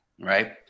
right